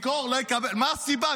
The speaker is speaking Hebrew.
מה הסיבה?